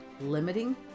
limiting